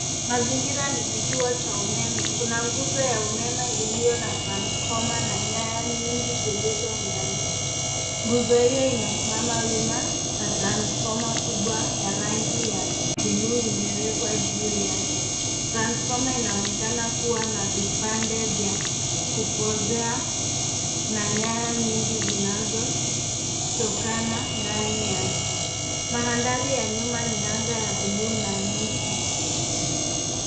Mazingira ni kituo cha umeme. Kuna nguzo ya umeme iliyo na transfoma na nyaya nyingi zilizounganishwa. Nguzo hiyo imesimama wima na transfoma kubwa ya rangi ya bluu imewekwa juu yake. Transfoma inaonekana kuwa na vipande vya kupozea na nyaya nyingi zinazotokana ndani yake. Mandhari ya nyuma ni anga ya bluu na miti.